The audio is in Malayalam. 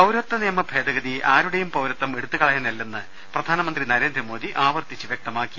പൌരത്വ നിയമ ഭേദഗതി ആരുടെയും പൌരത്വം എടുത്തുകളയാനല്ലെന്ന് പ്രധാ നമന്ത്രി നരേന്ദ്രമോദി ആവർത്തിച്ച് വ്യക്തമാക്കി